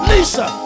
Lisa